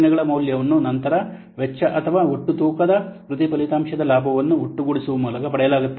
ಯೋಜನೆಗಳ ಮೌಲ್ಯವನ್ನು ನಂತರ ವೆಚ್ಚ ಅಥವಾ ಒಟ್ಟು ತೂಕದ ಪ್ರತಿ ಫಲಿತಾಂಶದ ಲಾಭವನ್ನು ಒಟ್ಟುಗೂಡಿಸುವ ಮೂಲಕ ಪಡೆಯಲಾಗುತ್ತದೆ